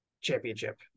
championship